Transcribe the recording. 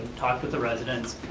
talked with the residents,